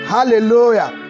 Hallelujah